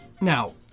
Now